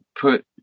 put